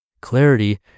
Clarity